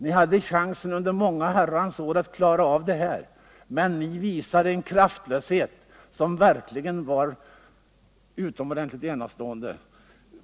Ni hade under många år chansen att göra detta, men ni visade en kraftlöshet som verkligen var enastående.